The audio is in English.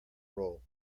roll